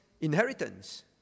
inheritance